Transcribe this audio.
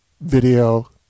video